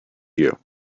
you